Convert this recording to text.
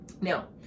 Now